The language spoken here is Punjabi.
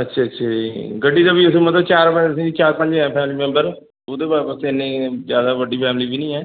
ਅੱਛਾ ਅੱਛਾ ਜੀ ਗੱਡੀ ਦਾ ਵੀ ਫਿਰ ਮਤਲਬ ਚਾਰ ਪੰਜ ਚਾਰ ਪੰਜ ਹੈ ਫੈਮਲੀ ਮੈਂਬਰ ਉਹਦੇ ਬ ਬਸ ਇੰਨੇ ਹੀ ਜ਼ਿਆਦਾ ਵੱਡੀ ਫੈਮਲੀ ਵੀ ਨਹੀਂ ਹੈ